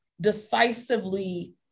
decisively